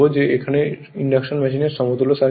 সুতরাং এটি ইন্ডাকশন মেশিনের সমতুল্য সার্কিট